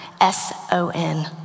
S-O-N